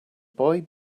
boy